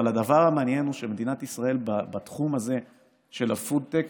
אבל הדבר המעניין הוא שמדינת ישראל בתחום הזה של הפודטק